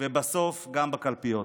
ובסוף גם בקלפיות.